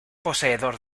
poseedor